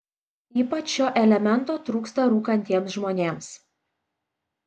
ypač šio elemento trūksta rūkantiems žmonėms